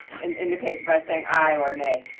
and indicate by saying aye or nay.